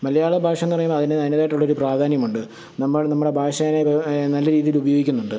മലയാള ഭാഷ എന്ന് പറയുന്നത് അതിന് അതിൻ്റെതായിട്ടുള്ള ഒരു പ്രാധാന്യമുണ്ട് നമ്മൾ നമ്മുടെ ഭാഷയെ നല്ല രീതിയിൽ ഉപയോഗിക്കുന്നുണ്ട്